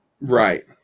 Right